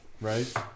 Right